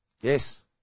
Yes